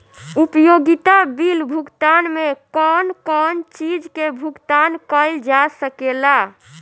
उपयोगिता बिल भुगतान में कौन कौन चीज के भुगतान कइल जा सके ला?